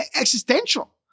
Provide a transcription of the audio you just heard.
existential